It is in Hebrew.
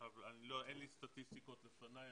אין לי סטטיסטיקות בפניי,